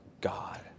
God